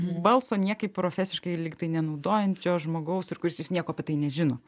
balso niekaip profesiškai lyg tai ne naudojančio žmogaus ir kuris jis nieko apie tai nežino